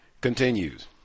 continues